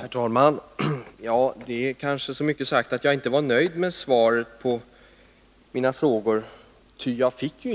Herr talman! Det är kanske för mycket sagt att jag inte är nöjd med svaret på mina frågor, ty jag fick ju